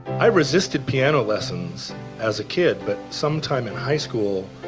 i resisted piano lessons as a kid, but sometime in high school,